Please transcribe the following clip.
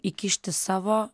įkišti savo